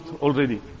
already